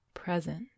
present